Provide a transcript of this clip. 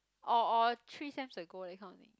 or or three sems ago that kind of thing